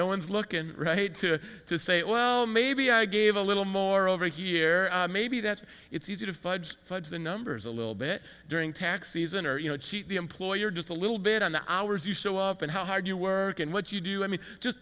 no one's looking right to to say well maybe i gave a little more over here maybe that it's easy to fudge fudge the numbers a little bit during tax season or you know cheat the employer just a little bit on the hours you show up and how hard you work and what you do i mean just